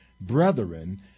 brethren